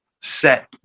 Set